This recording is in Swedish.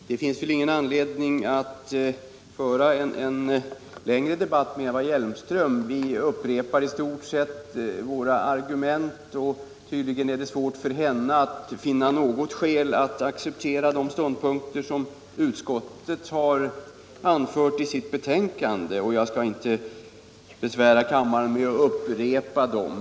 Herr talman! Det finns ingen anledning att förlänga debatten med Eva Hjelmström. Vi upprepar i stort sett våra argument. Det är tydligen svårt för henne att finna något skäl att acceptera de ståndpunkter som utskottet har anfört i sitt betänkande. Jag skall inte besvära kammaren med att upprepa dem.